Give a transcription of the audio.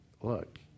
look